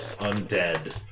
undead